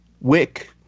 Wick